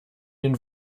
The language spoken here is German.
den